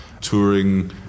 touring